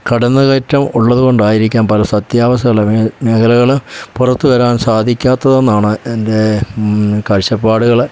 കടന്നു കയറ്റം ഉള്ളതു കൊണ്ടായിരിക്കാം പല സത്യാവസ്ഥകൾ ഇറങ്ങിയത് മേഖലകൾ പുറത്ത് വരാൻ സാധിക്കാത്തത് എന്നാണ് എൻ്റെ കാഴ്ച്ചപ്പാടുകൾ